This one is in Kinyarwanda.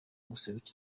guseruka